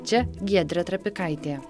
čia giedrė trapikaitė